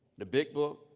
the big book.